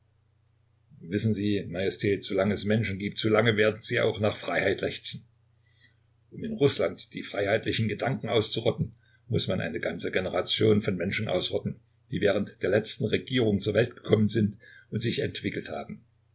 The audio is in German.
wissen sie majestät solange es menschen gibt so lange werden sie auch nach freiheit lechzen um in rußland die freiheitlichen gedanken auszurotten muß man eine ganze generation von menschen ausrotten die während der letzten regierung zur welt gekommen sind und sich entwickelt haben